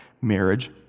marriage